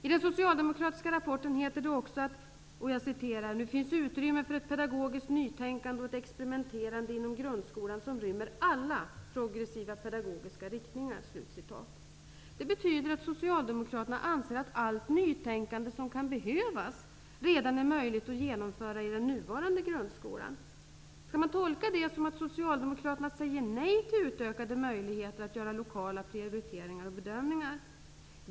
I den socialdemokratiska rapporten heter det också: ''Nu finns utrymme för ett pedagogiskt nytänkande och ett experimenterande inom grundskolan som rymmer alla progressiva pedagogiska riktningar.'' Det betyder att socialdemokraterna anser att allt nytänkande som kan behövas redan är möjligt att genomföra i den nuvarande grundskolan. Skall man tolka det som att socialdemokraterna säger nej till utökade möjligheter att göra lokala prioriteringar och bedömningar?